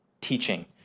teaching